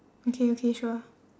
okay okay sure